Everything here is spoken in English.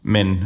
Men